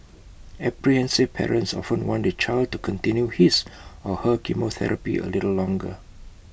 apprehensive parents often want their child to continue his or her chemotherapy A little longer